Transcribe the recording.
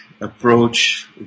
approach